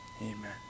Amen